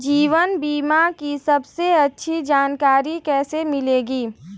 जीवन बीमा की सबसे अच्छी जानकारी कैसे मिलेगी?